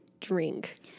drink